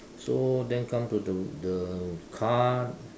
so then come to the the car